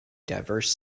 diverse